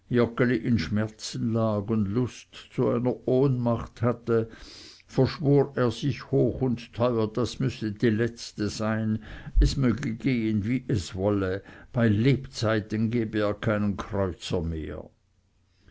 in schmerzen lag und lust zu einer ohnmacht hatte verschwor er sich hoch und teuer das müsse die letzte sein möge es gehen wie es wolle bei lebzeiten gebe er keinen kreuzer mehr